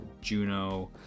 Juno